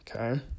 okay